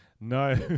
No